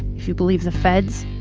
if you believe the feds,